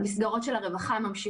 תופעות של בדידות חברתית, שימוש